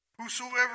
whosoever